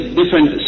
different